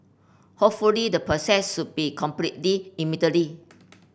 hopefully the process should be completed immediately